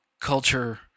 culture